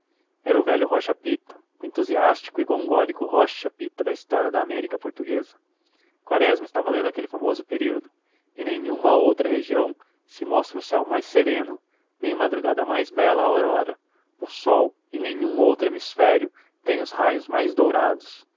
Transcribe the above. era o velho rocha pita o entusiástico rocha pita da história da américa portuguesa quaresma estava lendo aquele famoso período em nenhuma outra região se mostra o céu mais sereno nem madrugada mais bela a aurora o sol em nenhum outro hemisfério tem os raios mais dourados